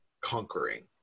conquering